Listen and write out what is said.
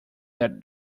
that